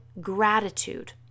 gratitude